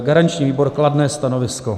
Garanční výbor má kladné stanovisko.